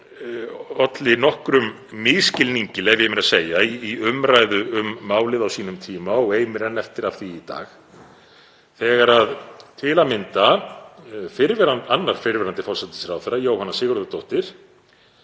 Þetta olli nokkrum misskilningi, leyfi ég mér að segja, í umræðu um málið á sínum tíma og eimir enn eftir af því í dag þegar til að mynda annar fyrrverandi forsætisráðherra, Jóhanna Sigurðardóttir,